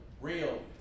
real